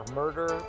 murder